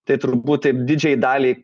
tai turbūt taip didžiajai daliai